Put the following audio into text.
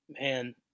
Man